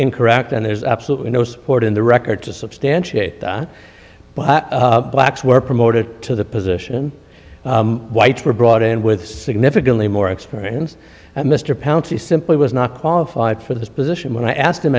incorrect and there's absolutely no support in the record to substantiate that blacks were promoted to the position whites were brought in with significantly more experience mr pouncey simply was not qualified for this position when i asked him